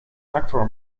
actor